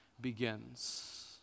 begins